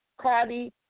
Cardi